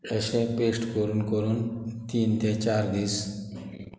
अशें पेस्ट करून करून तीन ते चार दीस